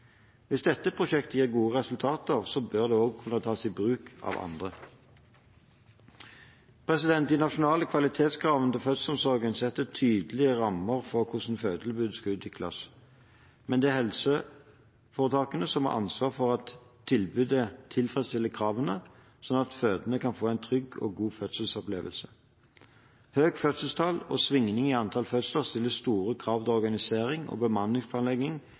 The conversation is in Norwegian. Hvis dette prosjektet gir gode resultater, bør det også kunne tas i bruk av andre. De nasjonale kvalitetskravene til fødselsomsorgen setter tydelige rammer for hvordan fødetilbudet skal utvikles. Men det er helseforetakene som har ansvaret for at tilbudet tilfredsstiller kravene, slik at de fødende kan få en trygg og god fødselsopplevelse. Høyt fødselstall og svingninger i antall fødsler stiller store krav til organisering og bemanningsplanlegging